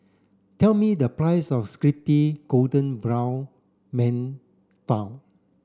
tell me the price of crispy golden brown mantou